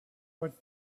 but